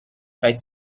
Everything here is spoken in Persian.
خواید